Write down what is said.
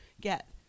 get